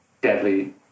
deadly